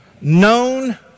known